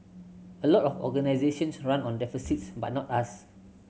a lot of organisations run on deficits but not us